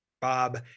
Bob